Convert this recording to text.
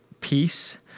peace